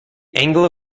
anglo